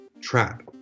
trap